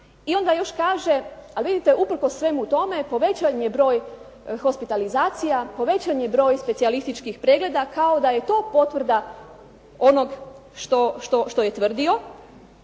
i onda još kaže, a vidite usprkos svemu tome povećan je broj hospitalizacije, povećan je broj specijalističkih pregleda kao da je to potvrda onog što je tvrdio.